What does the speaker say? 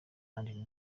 kandi